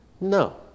No